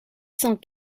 cent